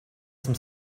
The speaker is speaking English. some